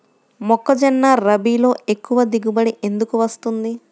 మొక్కజొన్న రబీలో ఎక్కువ దిగుబడి ఎందుకు వస్తుంది?